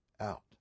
out